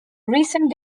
recent